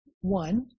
One